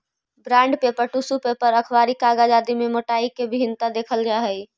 bond paper, tissue paper, अखबारी कागज आदि में मोटाई के भिन्नता देखल जा हई